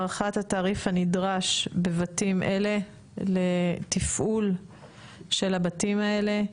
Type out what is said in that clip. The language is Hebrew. הערכת התעריף הנדרש בבתים אלה לתפעול של הבתים האלה.